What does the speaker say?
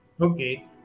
Okay